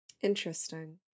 Interesting